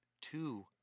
two